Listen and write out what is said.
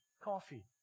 coffee